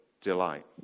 delight